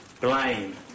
blame